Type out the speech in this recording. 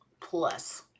plus